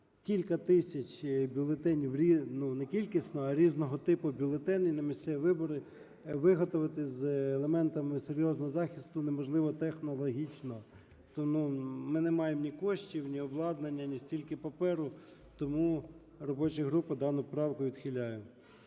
кілька тисяч бюлетенів не кількісно, а різного типу бюлетенів на місцеві вибори виготовити з елементами серйозного захисту неможливо технологічно. Тому ми не маємо ні коштів, ні обладнання, ні стільки паперу. Тому робоча група дану правку відхиляє.